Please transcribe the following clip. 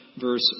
verse